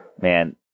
Man